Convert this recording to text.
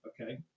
Okay